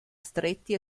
stretti